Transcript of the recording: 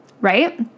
right